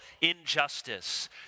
injustice